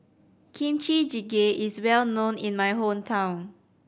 Kimchi Jjigae is well known in my hometown